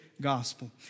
gospel